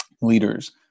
leaders